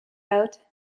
out